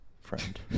Friend